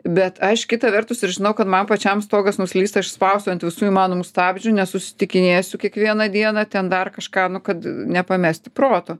bet aš kita vertus ir žinau kad man pačiam stogas nuslysta aš spausiu ant visų įmanomų stabdžių nesusitikinėsiu kiekvieną dieną ten dar kažką nu kad nepamesti proto